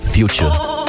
Future